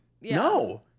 No